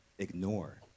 ignore